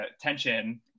tension